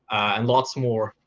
and lots more,